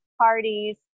parties